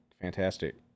fantastic